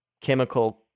chemical